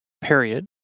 period